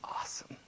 awesome